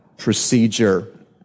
Procedure